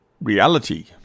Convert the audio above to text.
reality